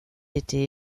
été